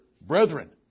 brethren